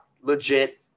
legit